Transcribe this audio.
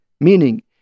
meaning